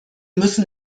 müssen